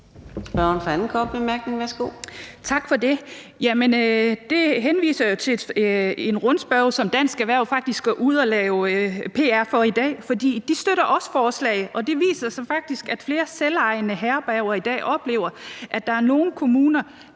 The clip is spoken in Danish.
Tak for det. Det henviser jo til en rundspørge, som Dansk Erhverv faktisk var ude at lave pr for i dag, for de støtter også forslaget. Og det viser sig faktisk, at flere selvejende herberger i dag oplever, at der er nogle kommuner,